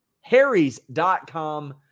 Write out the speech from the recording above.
Harry's.com